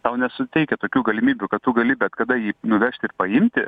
tau nesuteikia tokių galimybių kad tu gali bet kada jį nuvežti paimti